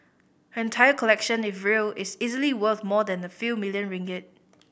her entire collection if real is easily worth more than a few million ringgit